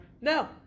No